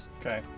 Okay